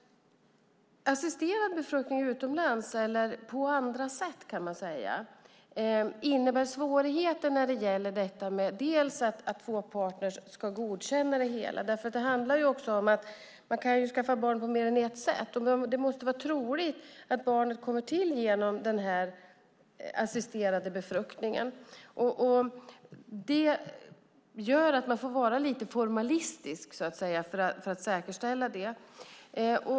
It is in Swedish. Assisterad befruktning utomlands eller på andra sätt innebär svårigheter när det gäller att två partner ska godkänna det hela. De kan ju skaffa barn på mer än ett sätt, och det måste vara troligt att barnet kommer till genom den assisterade befruktningen. Det gör att man får vara lite formalistisk för att säkerställa det.